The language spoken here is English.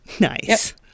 Nice